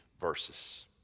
verses